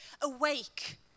awake